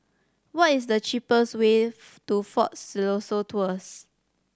what is the cheapest way to Fort Siloso Tours